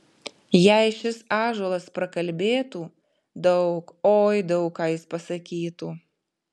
jei šis ąžuolas prakalbėtų daug oi daug ką jis pasakytų